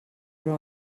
però